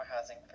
housing